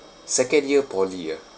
second year poly ah